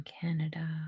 Canada